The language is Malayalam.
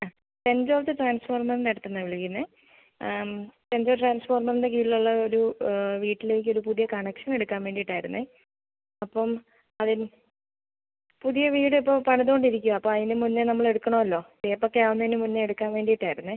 ആ സെൻറ്റ് ജോർജ് ട്രാൻസ്ഫോർമറിൻ്റെ അടുത്തുനിന്നാണ് വിളിക്കുന്നേ സെൻറ്റ് ജോർജ് ട്രാൻസ്ഫോർമറിൻ്റെ കീഴിലുള്ള ഒരു വീട്ടിലേക്കൊരു പുതിയ കണക്ഷൻ എടുക്കാൻ വേണ്ടിയിട്ടായിരുന്നേ അപ്പം അതിന് പുതിയ വീട് ഇപ്പോൾ പണിതുകൊണ്ട് ഇരിക്കുകയാ അപ്പോൾ അതിന് മുന്നേ നമ്മളെ എടുക്കണമല്ലോ തേപ്പൊക്കെ ആവുന്നതിന് മുന്നേ എടുക്കാൻ വേണ്ടിയിട്ടായിരുന്നേ